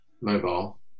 mobile